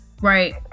Right